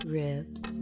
ribs